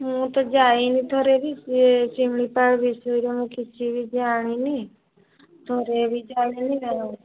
ମୁଁ ତ ଯାଇନି ଥରେ ବି ସିଏ ଶିମିଳିପାଳ ବିଷୟରେ ମୁଁ କିଛି ବି ଜାଣିନି ଥରେ ବି ଯାଇନି ଆଉ